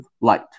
light